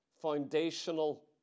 foundational